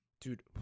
Dude